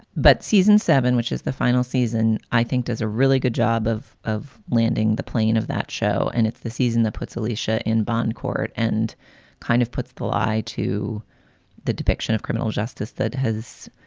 but season seven, which is the final season, i think does a really good job of of landing the plane of that show. and it's the season that puts aleesha in bond court and kind of puts the lie to the depiction of criminal justice that has